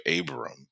Abram